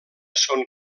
son